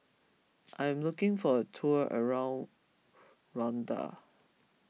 I am looking for a tour around Rwanda